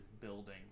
building